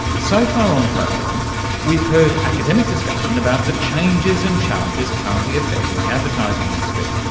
so far on the program we've heard academic discussion about the changes and challenges currently affecting the advertising industry,